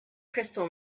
crystal